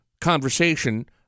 conversation